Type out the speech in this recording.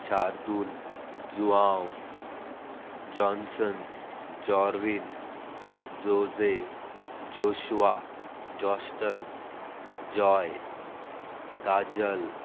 Shardul Joao Johnson Jorvin Jose Joshua Johnston Joy Kajal